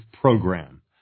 program